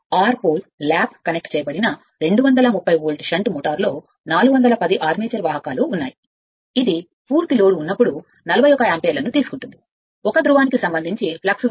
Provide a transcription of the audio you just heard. ఆరు pole lap connect చేయబడిన 230 volt shunt మోటారులో 410 ఆర్మేచర్ వాహకాలు ఉన్నాయి ఇది పూర్తి భారంపై 41 యాంపియర్లను తీసుకుంటుంది ధ్రువానికి ఫ్లక్స్ 0